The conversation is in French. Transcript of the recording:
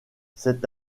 c’est